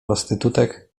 prostytutek